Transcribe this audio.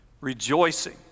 rejoicing